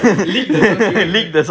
leak the songs he wrote and made